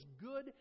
good